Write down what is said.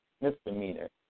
misdemeanor